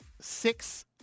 six